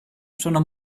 sono